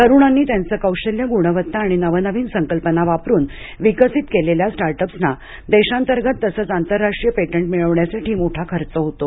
तरुणांनी त्यांचं कौशल्य गुणवत्ता आणि नवनवीन संकल्पना वापरुन विकसित केलेल्या स्टार्टअप्सना देशांतर्गत तसंच आंतरराष्ट्रीय पेटंट मिळवण्यासाठी मोठा खर्च होतो